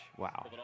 Wow